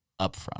upfront